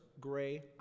gray